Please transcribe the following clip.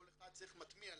כל אחד צריך מטמיע,